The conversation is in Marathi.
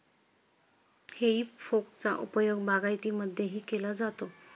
हेई फोकचा उपयोग बागायतीमध्येही केला जातो